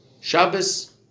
Shabbos